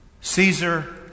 Caesar